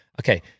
okay